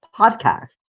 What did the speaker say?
podcast